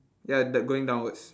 ya the going downwards